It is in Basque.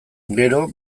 gero